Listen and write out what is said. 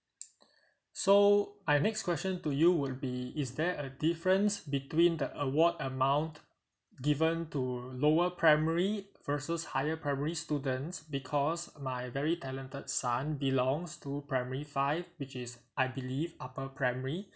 so my next question to you would be is there a difference between the award amount given to lower primary versus higher primary students because my very talented son belongs to primary five which is I believe upper primary